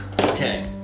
Okay